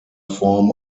form